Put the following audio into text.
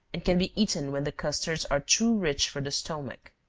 and can be eaten when the custards are too rich for the stomach.